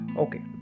Okay